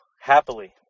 happily